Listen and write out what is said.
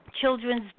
children's